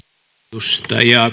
arvoisa